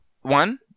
one